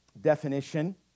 definition